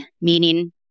meaning